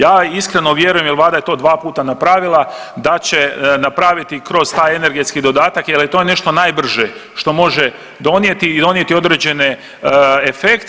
Ja iskreno vjerujem, jer Vlada je to dva puta napravila da će napraviti kroz taj energetski dodatak jer je to nešto najbrže što može donijeti i donijeti određene efekte.